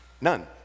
None